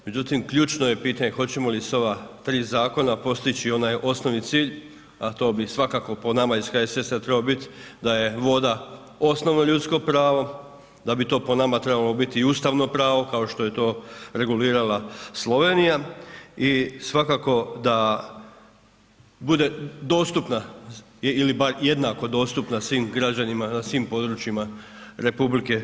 Međutim ključno je pitanje hoćemo li s ova tri zakona postići onaj osnovni cilj a to bi svakako po nama iz HSS-a trebalo bit da je voda osnovno ljudsko pravo, da bi to po nama trebalo biti i ustavno pravo kao što je to regulirala Slovenija i svakako da bude dostupna ili bar jednako dostupna svim građanima na svim područjima RH.